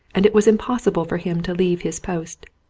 and it was impossible for him to leave his post.